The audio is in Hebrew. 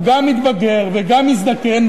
הוא גם מתבגר וגם מזדקן,